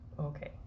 Okay